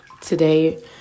Today